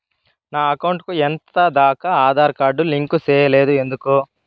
నా అకౌంట్ కు ఎంత దాకా ఆధార్ కార్డు లింకు సేయలేదు ఎందుకు